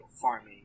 farming